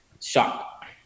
shock